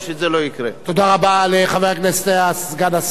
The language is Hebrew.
תודה רבה לחבר הכנסת סגן השר איוב קרא,